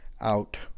out